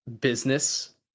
business